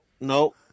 no